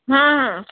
ହଁ ହଁ